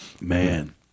Man